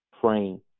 praying